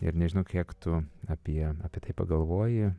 ir nežinau kiek tu apie apie tai pagalvoji